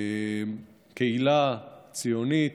קהילה ציונית,